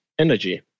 Energy